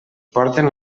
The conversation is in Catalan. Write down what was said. porten